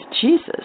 Jesus